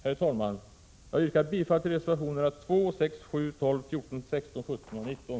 Herr talman! Jag yrkar bifall till reservationerna 2, 6, 7, 12, 14, 16, 17 och 19.